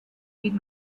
read